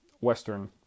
Western